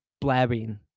blabbing